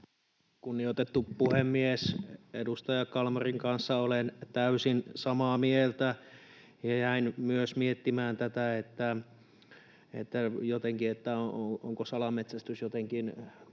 Kunnioitettu puhemies! Edustaja Kalmarin kanssa olen täysin samaa mieltä, ja jäin myös miettimään tätä, onko salametsästys jotenkin muka